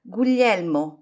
Guglielmo